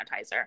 sanitizer